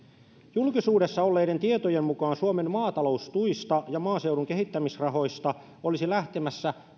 julkisuudessa olleiden tietojen mukaan suomen maataloustuista ja maaseudun kehittämisrahoista olisi lähtemässä